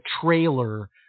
trailer